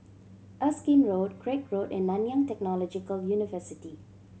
Erskine Road Craig Road and Nanyang Technological University